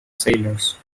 sailors